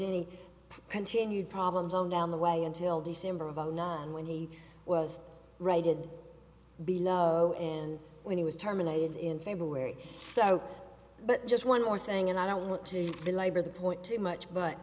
any continued problems on down the way until december of zero nine when he was righted beloved and when he was terminated in february so but just one more thing and i don't want to belabor the point too much